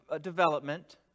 development